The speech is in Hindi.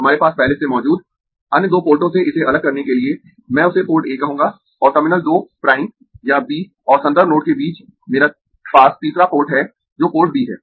हमारे पास पहले से मौजूद अन्य दो पोर्टों से इसे अलग करने के लिए मैं उसे पोर्ट A कहूँगा और टर्मिनल 2 प्राइम या B और संदर्भ नोड के बीच मेरे पास तीसरा पोर्ट है जो पोर्ट B है